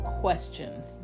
questions